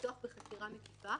לפתוח בחקירה מקיפה,